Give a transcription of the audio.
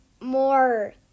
more